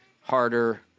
harder